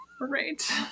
Right